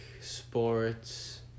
sports